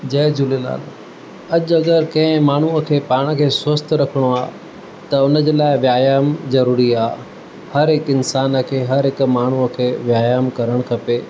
जय झूलेलाल अॼु अगरि कंहिं माण्हूअ खे पाण खे स्वस्थ रखिणो आहे त हुन लाइ व्यायाम ज़रूरी आहे हर हिकु इंसान खे हर हिकु माण्हूअ खे व्यायाम करणु खपे